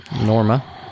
Norma